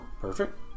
Perfect